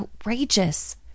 outrageous